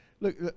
Look